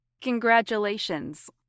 Congratulations